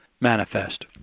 manifest